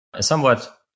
somewhat